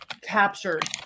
captured